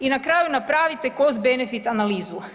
I na kraju napravite kao Cost-benefit analizu.